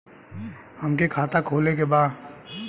हमके खाता खोले के बा?